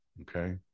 Okay